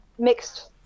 mixed